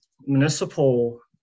municipal